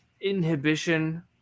inhibition